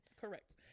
correct